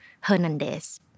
Hernandez